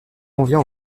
convient